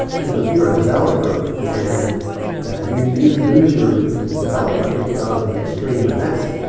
you know if you're a developer and you you lose your development because an extreme event.